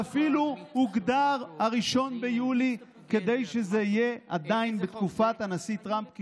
ואפילו 1 ביוני הוגדר כדי שזה יהיה עדיין בתקופת הנשיא טראמפ,